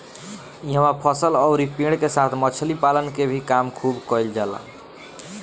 इहवा फसल अउरी पेड़ के साथ मछली पालन के भी काम खुब कईल जाला